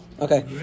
Okay